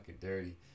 dirty